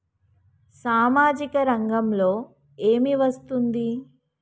సామాజిక రంగంలో ఏమి వస్తుంది?